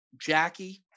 Jackie